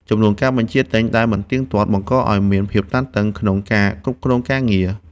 ចំនួនការបញ្ជាទិញដែលមិនទៀងទាត់ បង្កឱ្យមានភាពតានតឹងក្នុងការគ្រប់គ្រងការងារ។